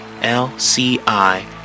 l-c-i